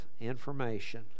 information